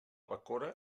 bacora